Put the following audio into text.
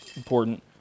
important